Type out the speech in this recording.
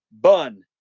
Bun